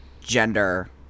gender